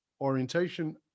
orientation